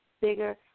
bigger